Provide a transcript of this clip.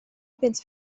bunt